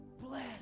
bless